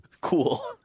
Cool